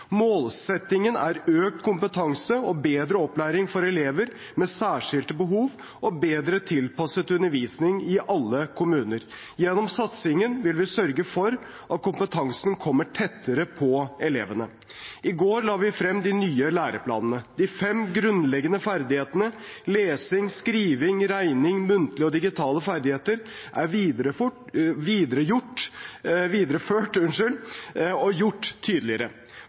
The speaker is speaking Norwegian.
Målsettingen er økt kompetanse og bedre opplæring for elever med særskilte behov og bedre tilpasset undervisning i alle kommuner. Gjennom satsingen vil vi sørge for at kompetansen kommer tettere på elevene. I går la vi frem de nye læreplanene. De fem grunnleggende ferdighetene – lesing, skriving, regning, muntlige og digitale ferdigheter – er videreført og gjort tydeligere. Fagfornyelsen skal sikre at alle elever lærer mer og